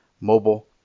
mobile